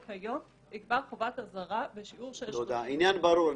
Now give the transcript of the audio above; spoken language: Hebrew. היום יקבע חובת אזהרה בשיעור של 30%. העניין ברור.